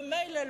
ומילא,